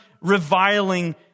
reviling